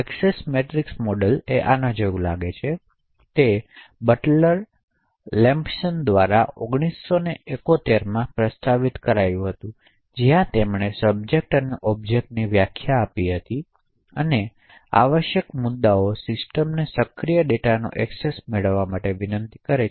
access matrix model આના જેવું લાગે છે તેથી તે બટલર લેમ્પસન દ્વારા 1971 માં પ્રસ્તાવિત કરાયું હતું જ્યાં તેમણે સબ્જેક્ટ અને ઑબ્જેક્ટ્સની વ્યાખ્યા આપી હતી તેથી આવશ્યક મુદ્દાઓ સિસ્ટમના સક્રિય ડેટાનો એક્સેસ મેળવવા વિનંતી કરે છે